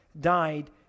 died